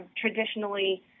traditionally